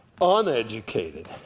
uneducated